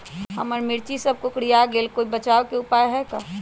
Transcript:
हमर मिर्ची सब कोकररिया गेल कोई बचाव के उपाय है का?